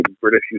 British